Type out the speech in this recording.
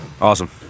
Awesome